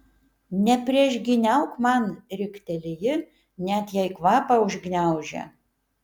nepriešgyniauk man rikteli ji net jai kvapą užgniaužia